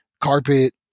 carpet